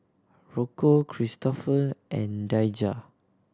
Rocco Kristoffer and Daijah